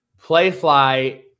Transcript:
Playfly